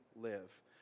live